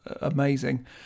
amazing